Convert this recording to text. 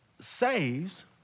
saves